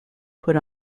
put